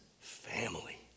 family